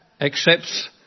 accepts